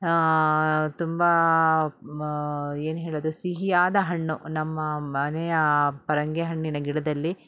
ತುಂಬ ಏನು ಹೇಳೋದು ಸಿಹಿಯಾದ ಹಣ್ಣು ನಮ್ಮ ಮನೆಯ ಪರಂಗಿ ಹಣ್ಣಿನ ಗಿಡದಲ್ಲಿ